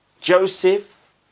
Joseph